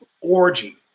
orgy